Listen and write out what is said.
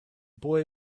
boy